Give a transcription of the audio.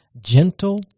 gentle